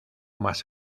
más